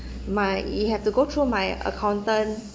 my you have to go through my accountant